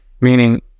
Meaning